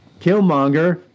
Killmonger